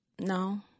no